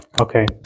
Okay